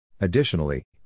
Additionally